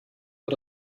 war